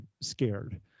scared